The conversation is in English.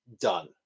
done